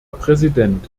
präsident